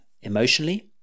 emotionally